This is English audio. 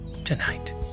Tonight